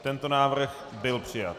Tento návrh byl přijat.